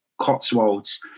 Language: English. Cotswolds